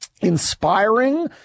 inspiring